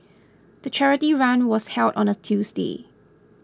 the charity run was held on a Tuesday